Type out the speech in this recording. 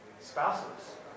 spouses